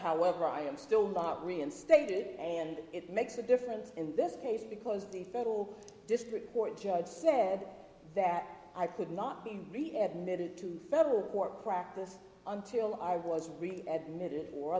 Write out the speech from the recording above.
however i am still not reinstated and it makes a difference in this case because the federal district court judge said that i could not be rehabbed needed to federal court practice until i was really at knitted or